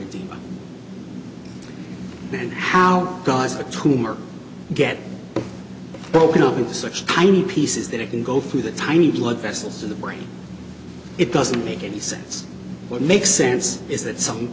tumor get broken up into such tiny pieces that it can go through the tiny blood vessels in the brain it doesn't make any sense what makes sense is that some